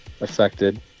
affected